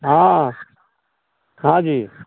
हँ जी